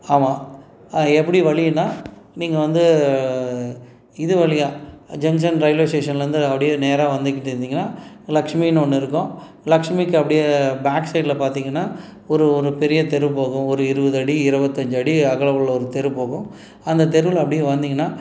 ஆமாம் ஆ எப்படி வழின்னா நீங்கள் வந்து இது வழியா ஜங்க்ஷன் ரயில்வே ஸ்டேஷன்லந்து அப்படியே நேராக வந்துக்கிட்டு இருந்திங்கன்னா லக்ஷ்மின்னு ஒன்று இருக்கும் லக்ஷ்மிக்கு அப்படியே பேக் சைடில் பார்த்திங்கன்னா ஒரு ஒரு பெரிய தெரு போகும் ஒரு இருபது அடி இருவத்தஞ்சு அடி அகலம் உள்ள ஒரு தெரு போகும் அந்த தெருவில் அப்படியே வந்திங்கன்னா